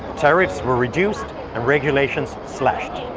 tariffs were reduced, and regulations slashed.